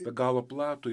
be galo platų